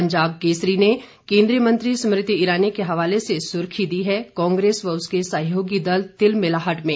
पंजाब केसरी ने केंद्रीय मंत्री स्मृति ईरानी के हवाले से सुर्खी दी है कांग्रेस व उसके सहयोगी दल तिलमिलाहट में